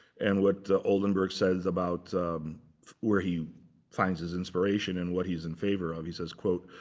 and what the oldenburg says about where he finds his inspiration and what he's in favor of. he says quote,